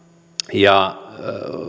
ja